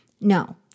No